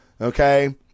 Okay